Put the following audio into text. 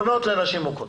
מעונות לנשים מוכות.